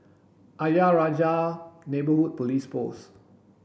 Ayer Rajah Neighbourhood Police Post